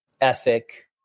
ethic